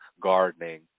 gardening